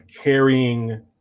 carrying